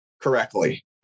correctly